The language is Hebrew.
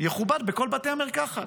יכובד בכל בתי המרקחת.